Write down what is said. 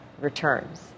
returns